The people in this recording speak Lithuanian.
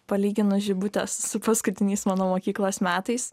palyginus žibutės su paskutiniais mano mokyklos metais